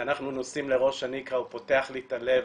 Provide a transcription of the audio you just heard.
ואנחנו נוסעים לראש הנקרה, הוא פותח את הלב